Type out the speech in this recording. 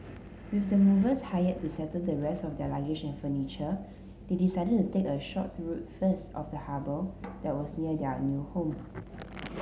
with the movers hired to settle the rest of their luggage and furniture they decided to take a short tour first of the harbour that was near their new home